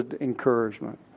encouragement